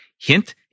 Hint